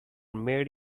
made